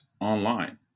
online